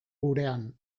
gurean